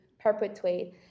perpetuate